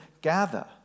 gather